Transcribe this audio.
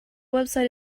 website